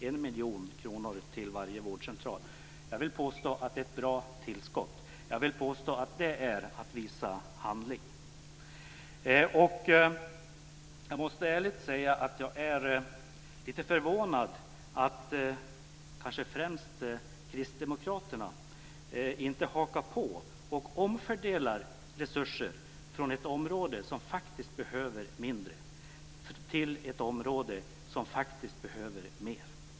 En miljon kronor till varje vårdcentral - jag vill påstå att det är ett bra tillskott. Jag vill påstå att det är att visa handlingskraft. Jag måste ärligt säga att jag är lite förvånad över att, kanske främst Kristdemokraterna, inte hakar på och omfördelar resurser från ett område som faktiskt behöver mindre till ett område som faktiskt behöver mer.